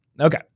Okay